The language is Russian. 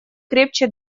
крепче